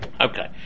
okay